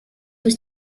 was